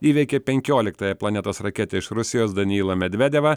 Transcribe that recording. įveikė penkioliktąją planetos raketę iš rusijos danilą medvedevą